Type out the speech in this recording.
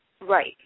Right